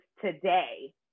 today